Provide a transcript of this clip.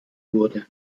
wurde